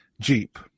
jeep